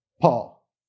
Paul